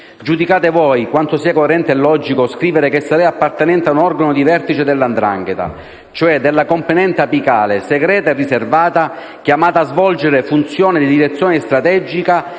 Giudicate voi quanto sia coerente e logico scrivere che sarei appartenente ad un organo di vertice della 'ndrangheta, cioè della «componente apicale», «segreta e riservata» «chiamata a svolgere funzione di direzione strategica,